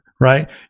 Right